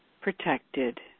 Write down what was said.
protected